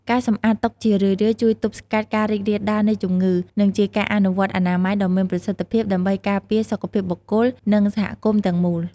ការសម្អាតតុជារឿយៗជួយទប់ស្កាត់ការរីករាលដាលនៃជំងឺ និងជាការអនុវត្តអនាម័យដ៏មានប្រសិទ្ធភាពដើម្បីការពារសុខភាពបុគ្គល និងសហគមន៍ទាំងមូល។